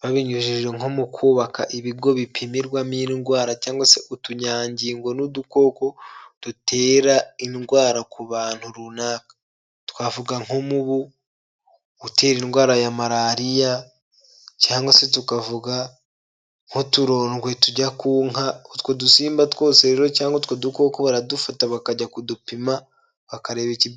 babinyujije nko mu kubaka ibigo bipimirwamo indwara cyangwa se utunyangingo n'udukoko dutera indwara ku bantu runaka, twavuga nk'umubu, gutera indwara ya marariya, cyangwa se tukavuga nk'uturondwe tujya ku nka, utwo dusimba twose rero cyangwa utwo dukoko baradufata bakajya kudupima bakareba ikibitera.